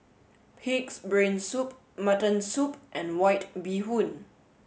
pig's brain soup mutton soup and white bee hoon